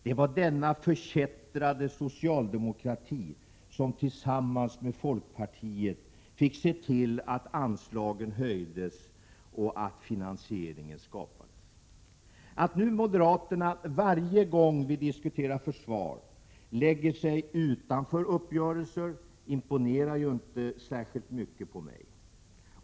Det var denna förkättrade socialdemokrati som tillsammans med folkpartiet fick se till att anslagen höjdes och att de finansierades. Att moderaterna, varje gång vi diskuterar försvar, ställer sig utanför uppgörelser imponerar inte särskilt mycket på mig.